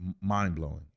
mind-blowing